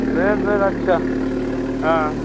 ᱵᱮᱥ ᱵᱮᱥ ᱟᱪᱪᱷᱟ ᱦᱮᱸ